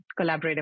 collaborative